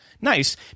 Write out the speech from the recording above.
Nice